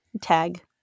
tag